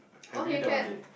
have you that one day